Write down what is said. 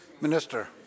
Minister